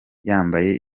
yambaye